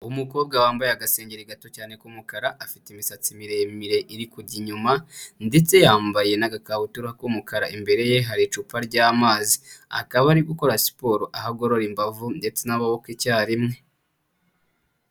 Umukobwa wambaye agasengeri gato cyane k'umukara, afite imisatsi miremire iri kujya inyuma ndetse yambaye n'agakabutura k'umukara, imbere ye hari icupa ry'amazi, akaba ari gukora siporo, aho agorora imbavu ndetse n'amaboko icyarimwe.